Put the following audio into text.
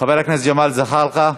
חבר הכנסת ג'מאל זחאלקה?